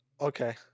Okay